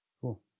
Cool